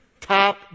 Top